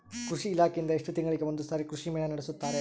ಕೃಷಿ ಇಲಾಖೆಯಿಂದ ಎಷ್ಟು ತಿಂಗಳಿಗೆ ಒಂದುಸಾರಿ ಕೃಷಿ ಮೇಳ ನಡೆಸುತ್ತಾರೆ?